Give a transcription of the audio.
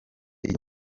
ijya